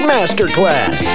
Masterclass